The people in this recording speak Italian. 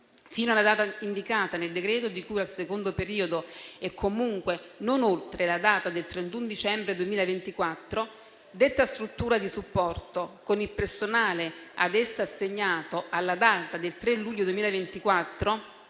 Fino alla data indicata nel decreto di cui al secondo periodo e comunque non oltre la data del 31 dicembre 2024, detta Struttura di supporto, con il personale ad essa assegnato alla data del 3 luglio 2024